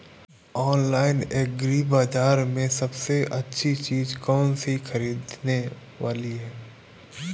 Online agri बाजार में सबसे अच्छी चीज कौन सी ख़रीदने वाली है?